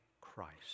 Christ